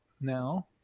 now